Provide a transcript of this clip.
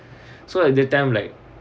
so that time like